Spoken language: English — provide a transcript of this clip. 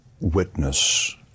witness